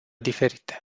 diferite